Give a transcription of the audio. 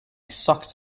sucked